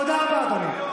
תודה רבה, אדוני.